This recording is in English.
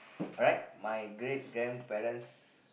alright my great grandparents